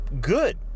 good